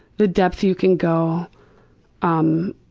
the depth you can go um